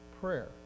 prayer